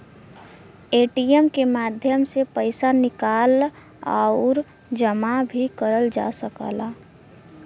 ATM के माध्यम से पइसा निकाल आउर जमा भी करल जा सकला